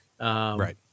Right